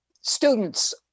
students